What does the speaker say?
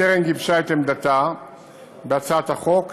טרם גיבשה את עמדתה בהצעת החוק,